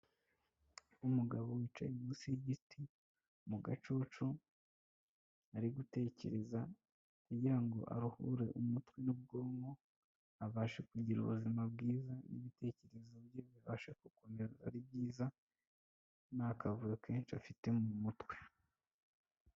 Umugabo wicaye munsi y'igiti mu gacucu ari gutekereza, agira ngo aruhure umutwe n'ubwonko abasha kugira ubuzima bwiza n'ibitekerezo bye bibasha gukomera ari byiza, nta kavuyo kenshi afite mu mutwe.